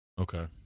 Okay